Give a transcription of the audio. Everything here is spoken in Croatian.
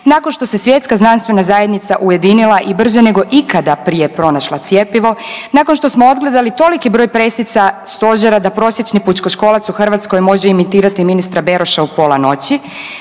nakon što se svjetska znanstvena zajednica ujedinila i brže nego ikada prije pronašla cjepivo, nakon što smo odgledali toliki broj presica stožera da prosječni pučkoškolac u Hrvatskoj može imitirali ministra Beroša u pola noći,